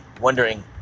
wondering